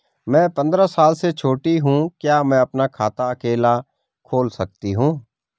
मैं पंद्रह साल से छोटी हूँ क्या मैं अपना खाता अकेला खोल सकती हूँ?